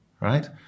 right